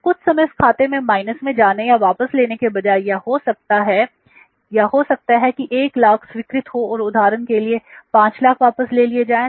तो कुछ समय उस खाते में माइनस में जाने या वापस लेने के बजाय या हो सकता है कि 100000 स्वीकृत हो और उदाहरण के लिए 500000 वापस ले लिए जाएं